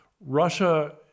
Russia